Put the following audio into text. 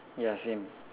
ya same